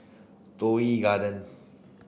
Toh Yi Garden